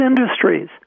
industries